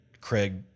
Craig